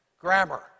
grammar